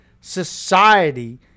society